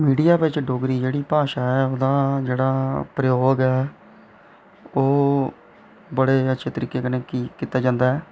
media बिच डोगरी जेह्ड़ी भाशा ऐ ओह्दा जेह्ड़ा प्रयोग ऐ ओह् बड़े अच्छे तरीके कन्नै की कीता जंदा ऐ